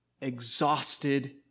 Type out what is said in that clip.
exhausted